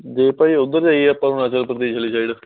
ਜੇ ਭਾਅ ਜੀ ਉੱਧਰ ਜਾਈਏ ਆਪਾਂ ਅਰੁਣਾਚਲ ਪ੍ਰਦੇਸ਼ ਵਾਲੀ ਸਾਈਡ